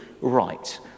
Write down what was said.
right